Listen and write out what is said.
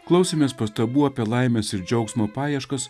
klausėmės pastabų apie laimės ir džiaugsmo paieškas